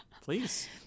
please